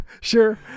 Sure